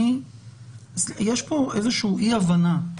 יש פה אי-הבנה,